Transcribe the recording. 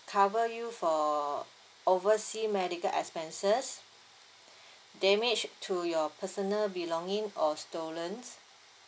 cover you for oversea medical expenses damage to your personal belongings or stolen